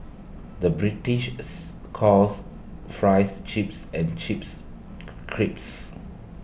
the British calls Fries Chips and Chips Crisps